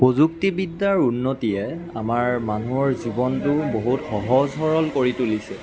প্ৰযুক্তিবিদ্যাৰ উন্নতিয়ে আমাৰ মানুহৰ জীৱনটো বহুত সহজ সৰল কৰি তুলিছে